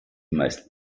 meisten